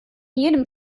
jedem